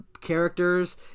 characters